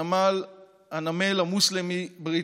הנמל המוסלמי-בריטי?